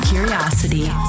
Curiosity